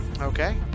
Okay